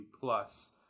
plus